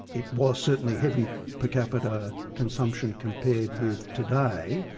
it was certainly heavy per capita consumption compared with today,